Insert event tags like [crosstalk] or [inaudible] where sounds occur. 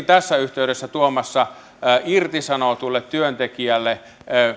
[unintelligible] tässä yhteydessä tuomassa irtisanotulle työntekijälle